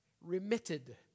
remitted